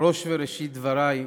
ראש וראשית דברי,